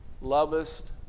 lovest